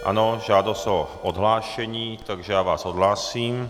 Ano, žádost o odhlášení, takže já vás odhlásím.